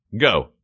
go